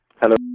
Hello